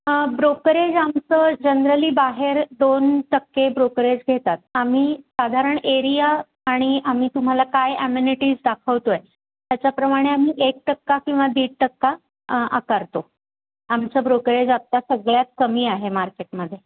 brokerage आमचं generally बाहेर दोन टक्के ब्रोकरेज घेतात आम्ही साधारण एरिया आणि आम्ही तुम्हाला काय ॲम्युनिटीज दाखवतो आहे त्याच्याप्रमाणे आम्ही एक टक्का किंवा दीड टक्का आकारतो आमचं ब्रोकरेज आता सगळ्यात कमी आहे मार्केटमध्ये